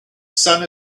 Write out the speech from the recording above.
sun